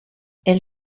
elle